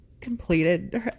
completed